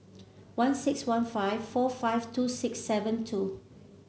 one six one five four five two six seven two